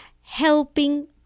helping